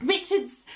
Richard's